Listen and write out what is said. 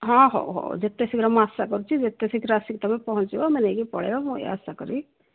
ହଁ ହଉ ହଉ ଯେତେ ଶୀଘ୍ର ମୁଁ ଆଶା କରୁଛି ଯେତେ ଶୀଘ୍ର ଆସିକି ତୁମେ ପହଞ୍ଚିବ ଆମେ ନେଇକି ପଳେଇବା ମୁଁ ଏଇ ଆଶା କଲି